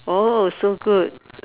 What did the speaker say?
oh so good